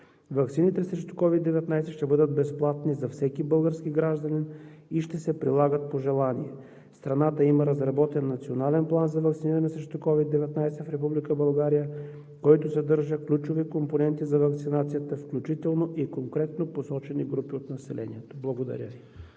Ваксините срещу COVID-19 ще бъдат безплатни за всеки български гражданин и ще се прилагат по желание. Страната има разработен Национален план за ваксиниране срещу COVID-19 в Република България, който съдържа ключови компоненти за ваксинацията, включително и конкретно посочени групи от населението. Благодаря Ви.